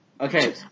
Okay